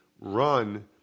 run